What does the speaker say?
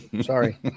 sorry